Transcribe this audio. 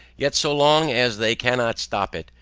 yet so long as they cannot stop it,